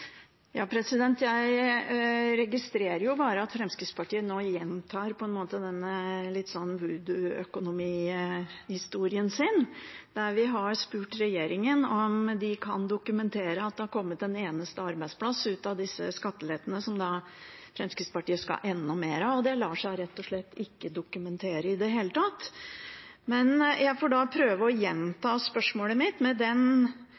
Jeg registrerer bare at Fremskrittspartiet gjentar denne litt sånn voodoo økonomihistorien sin. Vi har spurt regjeringen om de kan dokumentere at det har kommet en eneste arbeidsplass ut av disse skattelettene som Fremskrittspartiet skal ha enda mer av, og det lar seg rett og slett ikke dokumentere i det hele tatt. Jeg får prøve å gjenta spørsmålet mitt. Med den